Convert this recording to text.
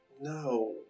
No